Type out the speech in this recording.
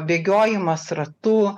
bėgiojimas ratu